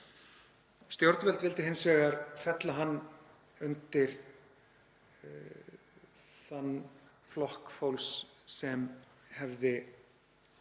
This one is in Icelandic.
Stjórnvöld vildu hins vegar fella hann undir þann flokk fólks sem hefði tafið